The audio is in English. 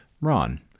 Ron